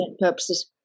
purposes